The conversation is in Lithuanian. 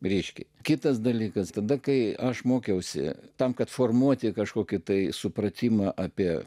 ryški kitas dalykas tada kai aš mokiausi tam kad formuoti kažkokį tai supratimą apie